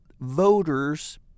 voters